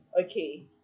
Okay